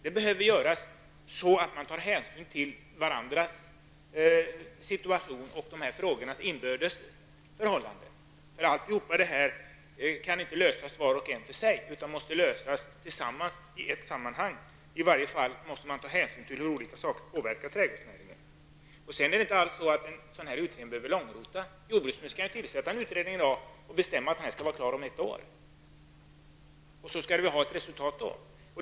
Det behöver göras på ett sådant sätt att man tar hänsyn till varandras situation och frågornas inbördes förhållanden. Alla dessa problem kan nämligen inte lösas vart och ett för sig, utan dessa problem måste lösas tillsammans i ett sammanhang, i varje fall måste man ta hänsyn till hur olika saker påverkar trädgårdsnäringen. En utredning behöver inte alls långrota. Jordbruksministern kan i dag tillsätta en utredning och bestämma att den skall vara klar om ett år och att den då skall uppvisa ett resultat.